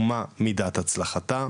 ומה מידת הצלחתה,